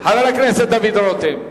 חבר הכנסת דוד רותם,